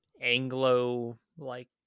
Anglo-like